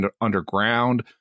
underground